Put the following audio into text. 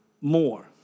more